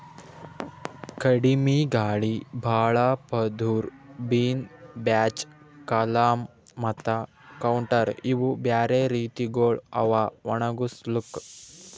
ಕಡಿಮಿ ಗಾಳಿ, ಭಾಳ ಪದುರ್, ಬಿನ್ ಬ್ಯಾಚ್, ಕಾಲಮ್ ಮತ್ತ ಕೌಂಟರ್ ಇವು ಬ್ಯಾರೆ ರೀತಿಗೊಳ್ ಅವಾ ಒಣುಗುಸ್ಲುಕ್